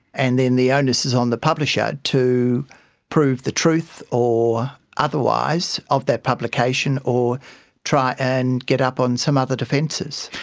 and then the onus is on the publisher to prove the truth or otherwise of that publication or try and get up on some other defences.